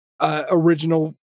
Original